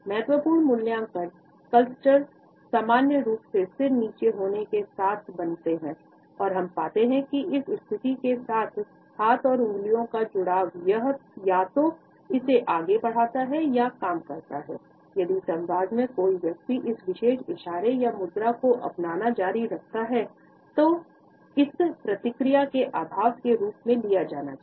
महत्वपूर्ण मूल्यांकन क्लस्टर सामान्य रूप से सिर नीचे होने के साथ बनते हैं और हम पाते हैं कि इस स्थिति के साथ हाथ और उंगलियों का जुड़ाव या तो इसे आगे बढ़ता है या काम करता यदि संवाद में कोई व्यक्ति इस विशेष इशारे या मुद्रा को अपनाना जारी रखता है तब इसे प्रतिक्रिया के अभाव के रूप में लिया जाना चाहिए